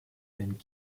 and